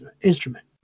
instrument